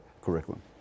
curriculum